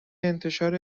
انتشار